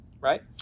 right